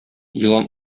елан